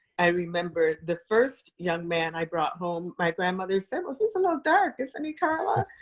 i remember the first young man i brought home, my grandmother said, well he's a little dark isn't he karla?